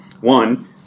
One